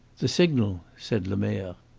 the signal! said lemerre.